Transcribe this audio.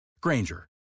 Granger